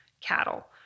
cattle